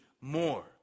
more